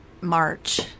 March